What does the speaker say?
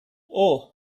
اوه